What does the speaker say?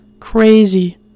Crazy